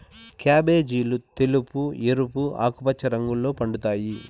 క్యాబేజీలు తెలుపు, ఎరుపు, ఆకుపచ్చ రంగుల్లో పండుతాయి